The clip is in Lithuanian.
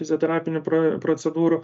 fizioterapinių pro procedūrų